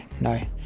no